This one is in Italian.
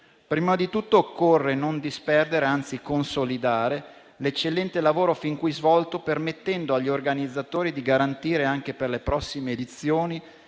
prima di tutto, occorre non disperdere, anzi consolidare l'eccellente lavoro fin qui svolto, permettendo agli organizzatori di garantire, anche per le prossime edizioni,